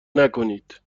نکنید